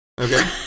Okay